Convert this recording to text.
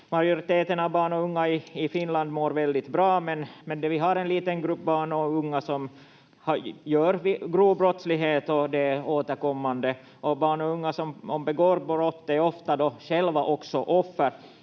Majoriteten av barn och unga i Finland mår väldigt bra, men vi har en liten grupp barn och unga som gör grov brottslighet och det är återkommande. Barn och unga som begår brott är ofta själva också offer,